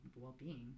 well-being